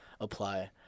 apply